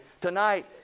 tonight